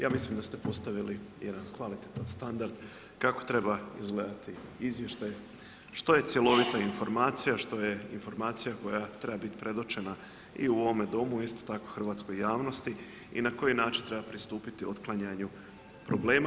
Ja mislim da ste postavili jedan kvalitetan standard kako treba izgledati izvještaj, što je cjelovita informacija, što je informacija koja treba biti predočena i u ovome domu, isto tako hrvatskoj javnosti i na koji način treba pristupiti otklanjanju problema.